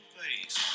face